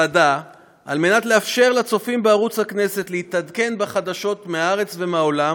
בוועדה שעל מנת לאפשר לצופים בערוץ הכנסת להתעדכן בחדשות מהארץ ומהעולם